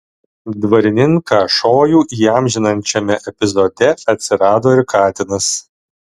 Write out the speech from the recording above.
dvarininką šojų įamžinančiame epizode atsirado ir katinas